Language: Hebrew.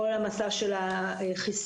כל המסע של החיסונים,